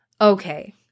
okay